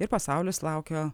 ir pasaulis laukia